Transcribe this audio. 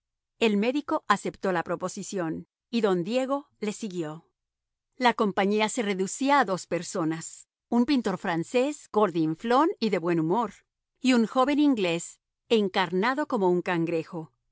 el médico aceptó la proposición y don diego le siguió la compañía se reducía a dos personas un pintor francés gordinflón y de buen humor y un joven inglés encarnado como un cangrejo